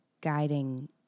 guiding